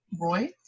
Roy